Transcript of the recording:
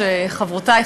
חברותי,